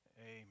amen